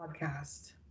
podcast